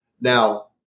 Now